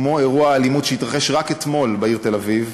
כמו אירוע האלימות שהתרחש רק אתמול בעיר תל-אביב,